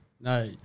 No